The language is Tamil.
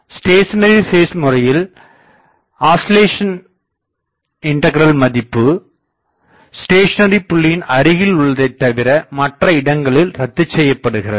ஸ்டேசனரி பேஸ்முறையில் ஆசிலேசன் இண்டகிரல் மதிப்பு ஸ்டேசனரி புள்ளியின் அருகில் உள்ளதைதவிர மற்ற இடங்களில் ரத்துச்செய்யப்படுகிறது